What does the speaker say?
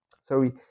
sorry